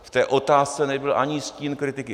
V té otázce nebyl ani stín kritiky.